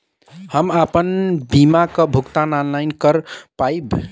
हम आपन बीमा क भुगतान ऑनलाइन कर पाईब?